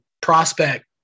prospect